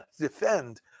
defend